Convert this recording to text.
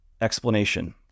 explanation